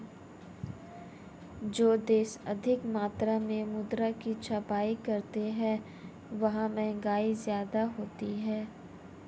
जो देश अधिक मात्रा में मुद्रा की छपाई करते हैं वहां महंगाई ज्यादा होती है